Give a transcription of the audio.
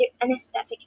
anesthetic